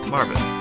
Marvin